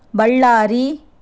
Ballari